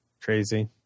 Crazy